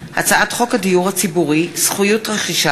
בריאות העם (קביעת תקנים לאחיות במחלקות גריאטריות),